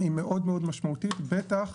היא מאוד משמעותית, בטח